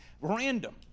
random